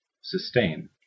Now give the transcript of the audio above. sustain